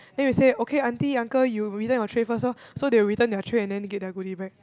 then we say okay auntie uncle you return your tray first lor so they will return their tray and then get their goodie bag